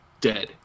dead